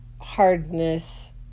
hardness